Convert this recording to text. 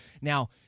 Now